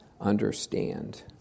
understand